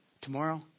Tomorrow